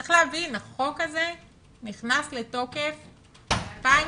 צריך להבין, החוק הזה נכנס לתוקף ב-2018.